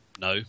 no